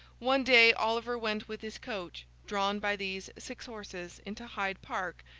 one day, oliver went with his coach, drawn by these six horses, into hyde park,